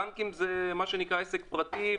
בנקים זה עסק פרטי,